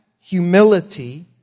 humility